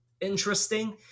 interesting